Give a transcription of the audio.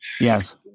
Yes